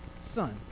son